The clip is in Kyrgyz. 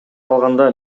калганда